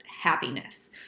happiness